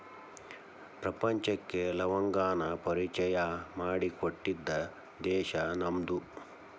ಪ್ರಪಂಚಕ್ಕೆ ಲವಂಗವನ್ನಾ ಪರಿಚಯಾ ಮಾಡಿಕೊಟ್ಟಿದ್ದ ದೇಶಾ ನಮ್ದು